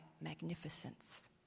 magnificence